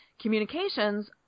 communications